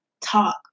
Talk